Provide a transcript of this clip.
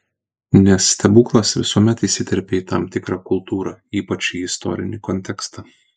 nes stebuklas visuomet įsiterpia į tam tikrą kultūrą ypač į istorinį kontekstą